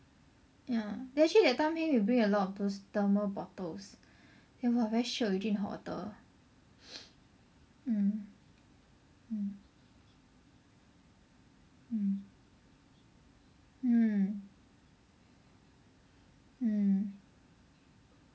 ya actually that time we bring a lot of those thermal bottles then !wah! very shiok we drink the hot water mm mm mm mm mm